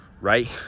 right